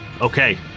Okay